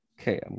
Okay